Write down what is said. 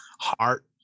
heart